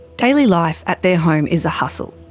daily life at their home is a hustle,